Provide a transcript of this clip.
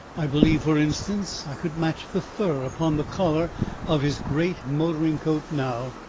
i believe, for instance, i could match the fur upon the collar of his great motoring coat now,